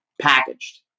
packaged